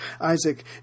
Isaac